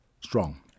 strong